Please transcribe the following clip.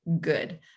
good